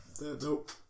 nope